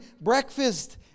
breakfast